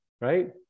right